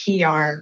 PR